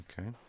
Okay